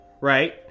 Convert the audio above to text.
right